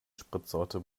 spritsorte